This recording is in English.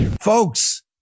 Folks